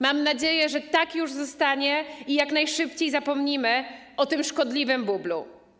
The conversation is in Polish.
Mam nadzieję, że tak już zostanie i jak najszybciej zapomnimy o tym szkodliwym bublu.